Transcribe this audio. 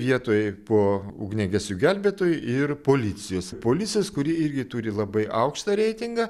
vietoj po ugniagesių gelbėtojų ir policijos policijos kuri irgi turi labai aukštą reitingą